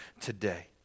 today